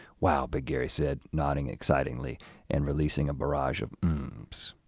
wow, big gary said, nodding excitingly and releasing a barrage of mms.